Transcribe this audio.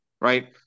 right